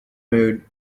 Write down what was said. mood